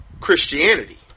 Christianity